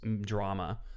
drama